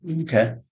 Okay